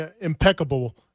impeccable